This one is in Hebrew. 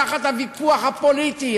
תחת הוויכוח הפוליטי,